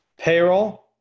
payroll